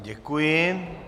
Děkuji.